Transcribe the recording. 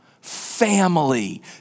family